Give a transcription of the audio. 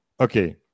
Okay